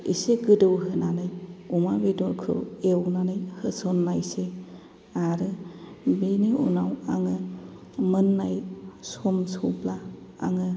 एसे गोदौ होनानै अमा बेदरखौ एवनानै होसन्नायसै आरो बेनि उनाव आङो मोननाय समसौब्ला आङो